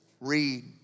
read